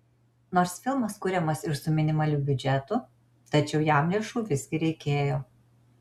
nors filmas kuriamas ir su minimaliu biudžetu tačiau jam lėšų visgi reikėjo